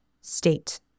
state